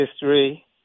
history